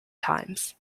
times